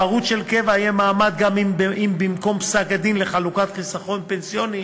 לפרוד של קבע יהיה מעמד גם אם במקום פסק-דין לחלוקת חיסכון פנסיוני